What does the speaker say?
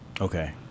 Okay